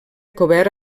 cobert